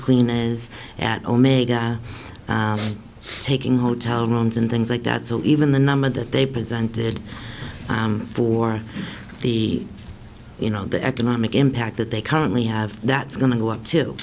cleaner as at omega taking hotel rooms and things like that so even the number that they presented for the you know the economic impact that they currently have that's going to go up to